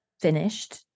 finished